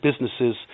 businesses